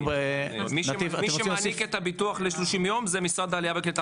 מי שמעניק את הביטוח ל-30 יום זה משרד העלייה והקליטה,